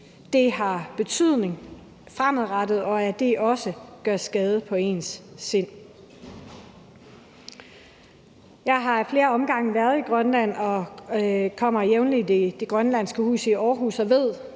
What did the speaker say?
det har en betydning fremadrettet, og at det også gør skade på ens sind. Jeg har af flere omgange været i Grønland, og jeg kommer jævnligt i det grønlandske hus i Aarhus, og jeg